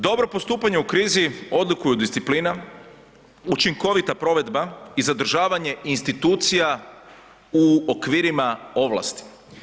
Dobro postupanje u krizi odlikuju disciplina, učinkovita provedba i zadržavanje institucija u okvirima ovlasti.